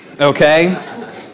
okay